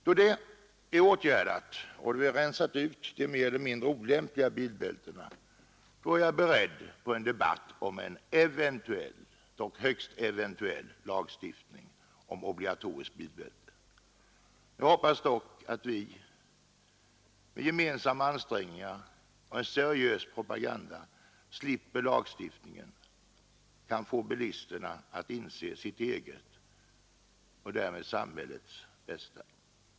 Då detta är åtgärdat och vi har rensat ut de mer eller mindre olämpliga bilbältena är jag beredd på en debatt om en eventuell — dock högst eventuell — lagstiftning om obligatoriskt bilbälte. Jag hoppas dock att vi med gemensamma ansträngningar och en seriös propaganda kan slippa lagstiftningen och få bilisterna att inse sitt eget och därmed samhällets bästa.